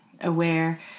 aware